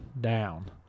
down